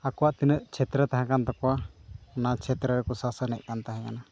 ᱟᱠᱚᱣᱟᱜ ᱛᱤᱱᱟᱹᱜ ᱪᱷᱮᱛᱨᱚ ᱛᱟᱦᱮᱸ ᱠᱟᱱ ᱛᱟᱠᱚᱣᱟ ᱚᱱᱟ ᱪᱷᱮᱛᱨᱚ ᱨᱮᱠᱚ ᱥᱟᱥᱚᱱᱮᱫ ᱠᱟᱱ ᱛᱟᱦᱮᱸᱠᱟᱱᱟ